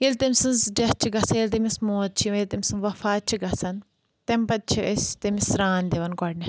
ییٚلہِ تٔمۍ سٕنٛز ڈیٚتھ چھِ گژھان ییٚلہِ تٔمِس موت چھِ یِوان ییٚلہِ تٔمۍ سٕنٛز وفاد چھِ گژھان تمہِ پَتہٕ چھِ أسۍ تٔمِس سرٛان دِوَان گۄڈنؠتھ